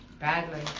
Badly